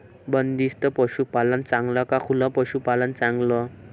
बंदिस्त पशूपालन चांगलं का खुलं पशूपालन चांगलं?